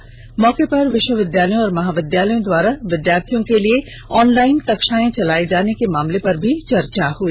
इस मौके पर विष्वविद्यालयों और महाविद्यालयों द्वारा विद्यार्थियों के लिए ऑनलाइन कक्षाएं चलाए जाने के मामले पर भी चर्चा हई